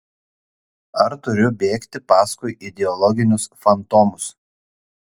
ar turiu bėgti paskui ideologinius fantomus